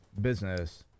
business